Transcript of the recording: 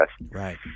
Right